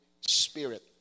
Spirit